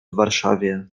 warszawie